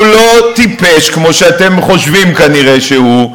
הוא לא טיפש כמו שאתם כנראה חושבים שהוא.